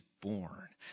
born